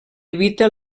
evita